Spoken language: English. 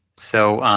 so